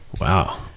wow